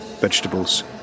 vegetables